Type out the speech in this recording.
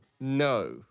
No